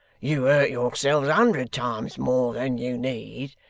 you hurt yourself a hundred times more than you need,